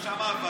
גם שם עבדנו.